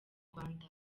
rwanda